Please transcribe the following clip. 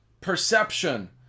perception